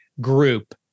group